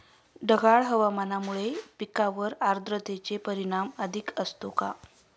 ढगाळ हवामानामुळे पिकांवर आर्द्रतेचे परिणाम अधिक असतो का?